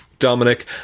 Dominic